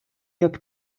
jak